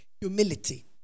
humility